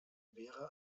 wäre